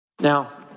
now